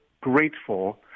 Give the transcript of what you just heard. grateful